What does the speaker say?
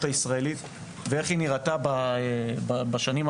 הישראלית ואיך היא נראתה בשנים האחרונות.